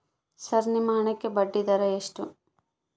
Sir ನಿಮ್ಮ ಹಣಕ್ಕೆ ಬಡ್ಡಿದರ ಎಷ್ಟು?